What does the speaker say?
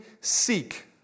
seek